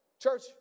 Church